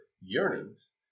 yearnings